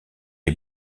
est